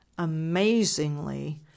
amazingly